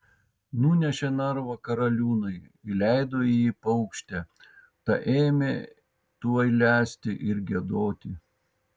nunešė narvą karaliūnui įleido į jį paukštę ta ėmė tuoj lesti ir giedoti